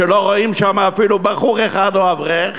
שלא רואים שם בחור אחד או אברך,